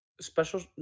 Special